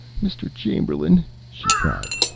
mr. chamberlain, she cried.